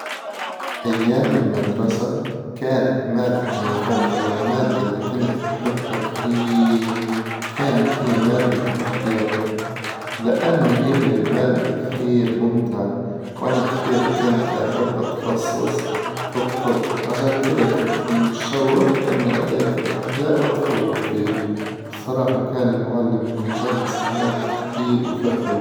أيام المدرسة كانت مادتي المفظلة والمادة إللي كنت أحبها كثير كانت هي مادة الأحياء، لأن هي المادة كثير ممتعة، وأنا كثير كنت أحب أتخصص في الطب عشان كذا كنت مشوق إن أذاكر الأحياء وأتفوق فيها، وصراحة كان المعلم إللي يدرس المادة كثير يفهم.